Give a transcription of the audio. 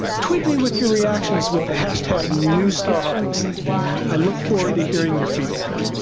tweet me with your reactions with the hashtag newstarhoppingsite. i look forward to hearing your feedback.